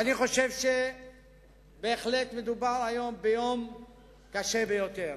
בהחלט מדובר היום ביום קשה ביותר.